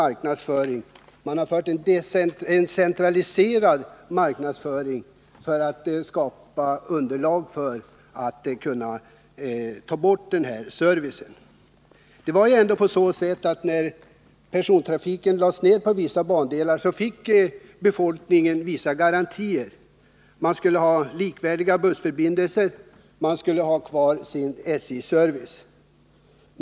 Genom en negativ och centraliserad marknadsföring har man i stället velat skapa underlag för beslut om att den här servicen skall tas bort. I samband med att persontrafiken lades ned på vissa bandelar garanterades befolkningen likvärdiga bussförbindelser. Man skulle också få behålla sin SJ-service.